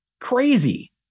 crazy